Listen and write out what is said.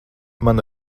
man